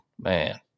man